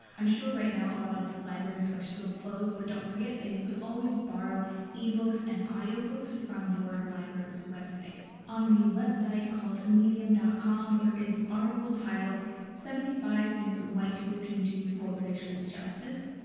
i'm sure right now a lot of libraries are still closed, but don't forget that you can always borrow ebooks and audiobooks from your library's website. on the website called medium dot com there is an article titled seventy five things white people can do for racial justice.